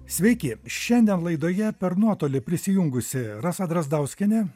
sveiki šiandien laidoje per nuotolį prisijungusi rasa drazdauskienė